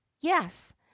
yes